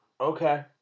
okay